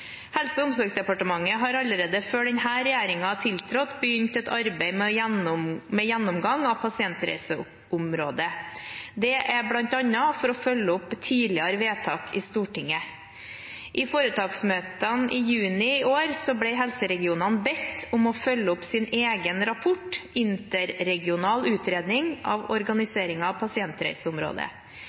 Helse- og omsorgsdepartementet har allerede før denne regjeringen tiltrådte, begynt et arbeid med gjennomgang av pasientreiseområdet. Det er bl.a. for å følge opp tidligere vedtak i Stortinget. I foretaksmøtene i juni i år ble helseregionene bedt om å følge opp sin egen rapport, Interregional utredning av organiseringen av pasientreiseområdet.